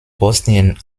bosnien